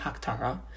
Haktara